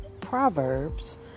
Proverbs